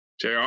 Jr